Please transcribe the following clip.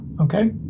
okay